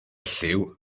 elliw